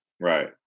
right